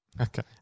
Okay